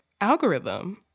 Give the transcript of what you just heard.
algorithm